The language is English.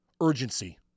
Urgency